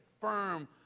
firm